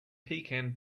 pecan